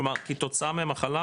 כלומר כתוצאה מהמחלה,